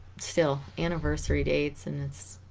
still anniversary dates and this